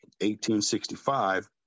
1865